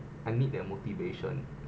I need that motivation